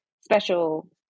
special